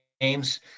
games